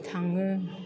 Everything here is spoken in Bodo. थाङो